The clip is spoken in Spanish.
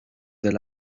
del